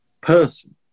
person